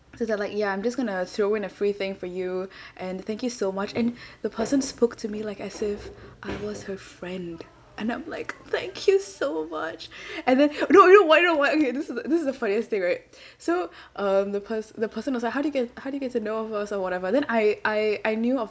so it's like ya I'm just going to throw in a free thing for you and thank you so much and the person spoke to me like as if I was her friend and I'm like thank you so much and then you know what you know what okay this is this is the funniest thing right so um the per~ the person was like how did you get how did you get to know of us or whatever then I I I knew of